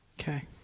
Okay